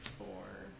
for